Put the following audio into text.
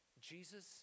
Jesus